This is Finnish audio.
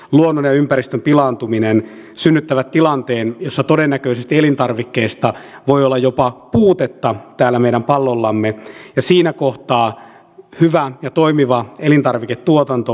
luonnon ja ympäristön pilaantuminen synnyttävät tilanteen jossa todennäköisesti elintarvikkeista voi olla jopa puutetta täällä meidän pallollamme siinä kohtaa hyvään ja toimiva elintarviketuotanto